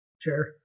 chair